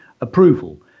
approval